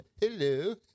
Hello